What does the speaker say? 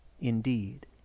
indeed